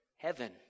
heaven